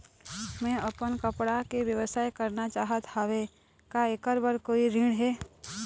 मैं अपन कपड़ा के व्यवसाय करना चाहत हावे का ऐकर बर कोई ऋण हे?